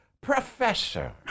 Professor